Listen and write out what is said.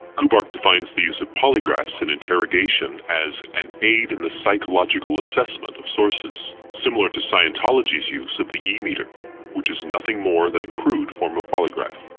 kubark defines the use of polygraphs in interrogation as an aid in the psychological assessment of sources, similar to scientology's use of the which is nothing more than a crude form of polygraph.